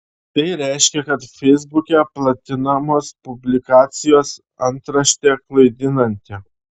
tai reiškia kad feisbuke platinamos publikacijos antraštė klaidinanti